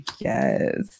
Yes